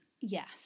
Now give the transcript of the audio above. yes